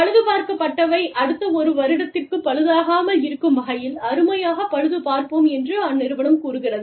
பழுதுபார்க்கப்பட்டவை அடுத்த ஒரு வருடத்திற்குப் பழுதாகாமல் இருக்கும் வகையில் அருமையாகப் பழுது பார்ப்போம் என்று அந்நிறுவனம் கூறுகிறது